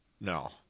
No